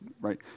right